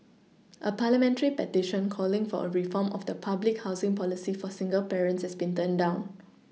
a parliamentary petition calling for a reform of the public housing policy for single parents has been turned down